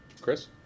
Chris